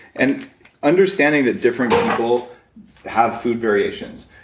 and understanding that different people have food variations.